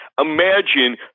Imagine